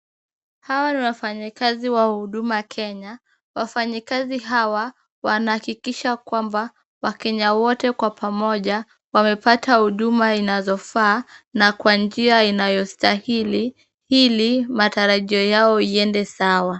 Hawa ni wafanyikazi wa huduma Kenya. Wafanyikazi hawa wanahakikisha kwamba, wakenya wote kwa pamoja wamepata huduma inazofaa, na kwa njia inayostahili, ili matarajio yao iende sawa.